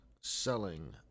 selling